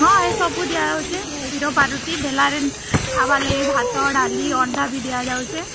ହଁ ହେ ସବୁ ଦିଆଯାଉଛେ କ୍ଷୀର ପାଉରୁଟି ବେଲାରେ ଖାଏବାର୍ ଲାଗି ଭାତ ଡ଼ାଲି ଅଣ୍ଡା ବି ଦିଆଯାଉଛେ